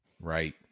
right